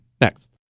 Next